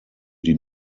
die